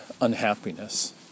unhappiness